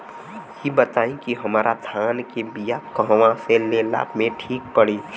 इ बताईं की हमरा धान के बिया कहवा से लेला मे ठीक पड़ी?